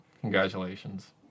Congratulations